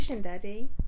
daddy